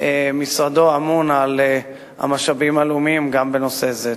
משרדו אמון על המשאבים הלאומיים, גם בנושא הזה.